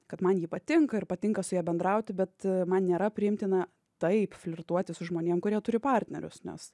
kad man ji patinka ir patinka su ja bendrauti bet man nėra priimtina taip flirtuoti su žmonėm kurie turi partnerius nes